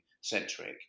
centric